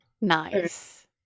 Nice